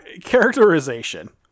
Characterization